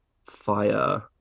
fire